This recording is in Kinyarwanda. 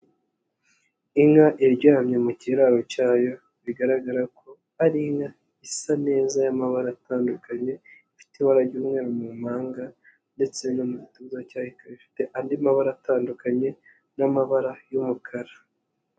Inka iryamye mu kiraro cyayo bigaragara ko ari inka isa neza y'amabara atandukanye, ifite ibara ry'umweru mu mpanga ndetse no mu gituza cyayo ikaba ifite andi mabara atandukanye n'amabara y'umukara.